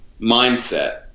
mindset